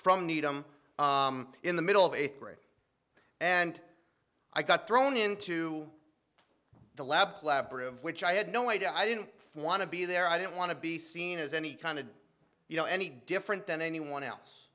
from needham in the middle of eighth grade and i got thrown into the lab collaborative which i had no idea i didn't want to be there i didn't want to be seen as any kind of you know any different than anyone else